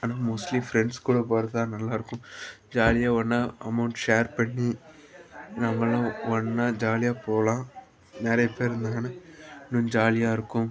ஆனால் mostly friends கூட போவது தான் நல்லாயிருக்கும் ஜாலியாக ஒன்றா அமௌண்ட் ஷேர் பண்ணி நம்மளும் ஒன்றா ஜாலியாக போகலாம் நிறைய பேர் இருந்தாங்கன்னா இன்னும் ஜாலியாக இருக்கும்